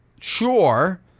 sure